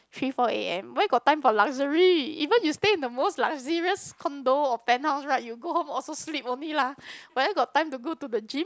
three four A_M where got time for luxury even if you stay at the most luxurious condo or penthouse right you go home also sleep only lah where got time to go to the gym